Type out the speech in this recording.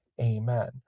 Amen